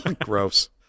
Gross